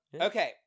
Okay